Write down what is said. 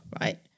right